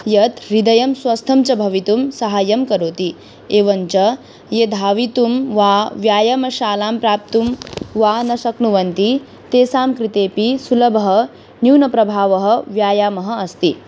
यत् हृदयं स्वस्थं च भवितुं साहाय्यं करोति एवञ्च ये धावितुं वा व्यायामशालां प्राप्तुं वा न शक्नुवन्ति तेषां कृते अपि सुलभः न्यूनप्रभावः व्यायामः अस्ति